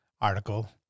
article